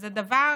שזה דבר